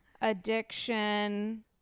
Addiction